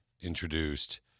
introduced